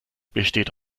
besteht